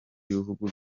y’ibihugu